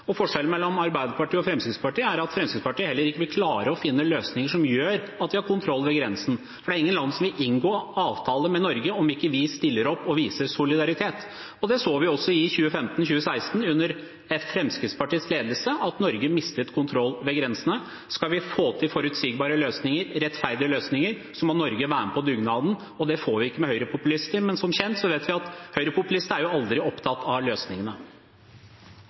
Forskjellen mellom Arbeiderpartiet og Fremskrittspartiet er at Fremskrittspartiet heller ikke vil klare å finne løsninger som gjør at vi får kontroll ved grensen, for det er ingen land som vil inngå avtale med Norge om vi ikke stiller opp og viser solidaritet. Det så vi også i 2015–2016, under ledelse av Fremskrittspartiet, at Norge mistet kontroll ved grensene. Skal vi få til forutsigbare og rettferdige løsninger, må Norge være med på dugnaden, og det får vi ikke med høyrepopulister. Men som vi vet: Høyrepopulister er aldri opptatt av